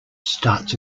starts